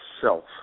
self